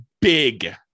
big